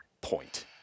point